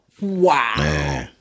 Wow